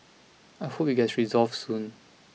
I hope it gets resolved soon